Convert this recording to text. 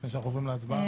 לפני שאנחנו עוברים להצבעה?